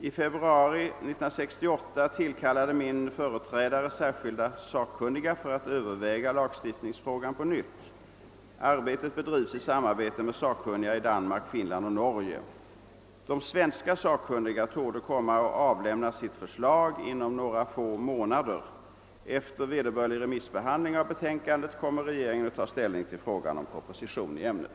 I februari 1968 tillkallade min företrädare särskilda sakkunniga för att överväga lagstiftningsfrågan på nytt. Arbetet bedrivs i samarbete med sakkunniga i Danmark, Finland och Norge. De svenska sakkunniga torde komma att avlämna sitt förslag inom några få månader. Efter vederbörlig remissbehandling av betänkandet kommer regeringen att ta ställning till frågan om proposition i ämnet.